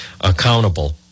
accountable